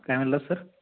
काय म्हणाला सर